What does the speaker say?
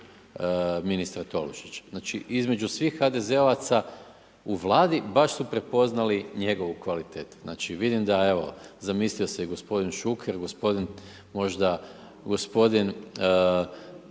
ministra Tolušića. Znači između svih HDZ-ovaca u Vladi, baš su prepoznali njegovu kvalitetu. Znači vidim d evo, zamislio se gospodin Šuker, gospodin možda, gospodin